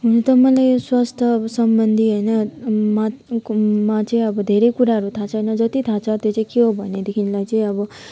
हुन त मलाई यो स्वास्थ्य सम्बन्धी होइन मा मा चाहिँ अब धेरै कुराहरू थाहा छैन जत्ति थाहा छ त्यो चाहिँ के हो भने देखिलाई चाहिँ अब